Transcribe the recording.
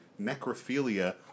necrophilia